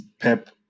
Pep